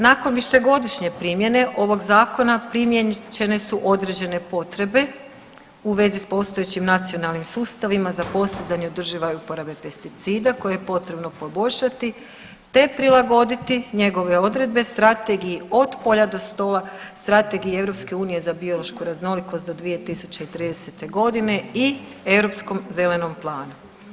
Nakon višegodišnje primjene ovog zakona primjene ovog zakona primijećene su određene potrebe u vezi s postojećim nacionalnim sustavima za postizanje održive uporabe pesticida koje je potrebno poboljšati te prilagoditi njegove odredbe strategiji od polja do stola, strategiji EU za biološku raznolikost do 2030. godine i Europskom zelenom planu.